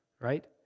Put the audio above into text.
right